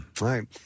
right